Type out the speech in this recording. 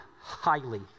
highly